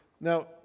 Now